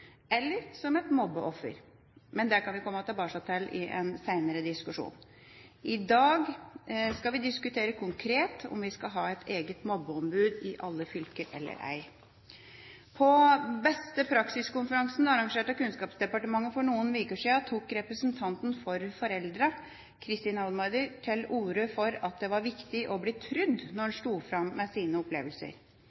eller som et mobbeoffer. Men det kan vi komme tilbake til i en senere diskusjon. I dag skal vi diskutere konkret om vi skal ha et eget mobbeombud i alle fylker eller ei. På God praksis-konferansen arrangert av Kunnskapsdepartementet for noen uker siden tok representanten for foreldrene, Kristin Oudmayer, til orde for at det var viktig å bli trodd når